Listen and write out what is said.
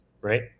right